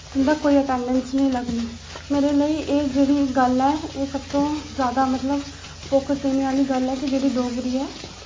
तुंदा कोई अटेंडेंस नेईं लग्गनी मेरे लेई एह् जेह्ड़ी इक गल्ल ऐ एह् सब तो ज्यादा मतलब फोकस देने आह्ली गल्ल ऐ कि जेह्ड़ी डोगरी ऐ